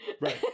Right